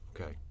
Okay